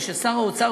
וששר האוצר,